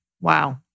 Wow